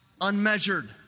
unmeasured